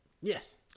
Yes